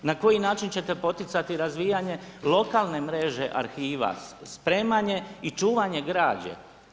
Na koji način ćete poticati razvijanje lokalne mreže arhiva, spremanje i čuvanje građe.